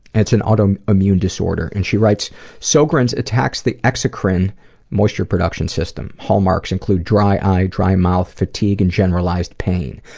it's an autoimmune autoimmune disorder. and she writes sjogrens attacks the exocrine moisture production system. hallmarks include dry eye, dry mouth, fatigue and generalized pain.